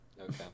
Okay